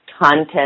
content